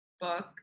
book